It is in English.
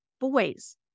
boys